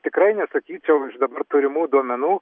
tikrai nesakyčiau iš dabar turimų duomenų